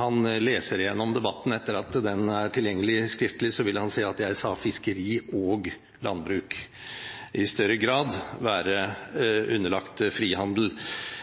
han leser gjennom debatten etter at den er tilgjengelig skriftlig, vil han se at jeg sa at fiskeri- og landbruk i større grad vil være underlagt frihandel